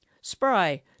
Spry